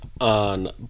On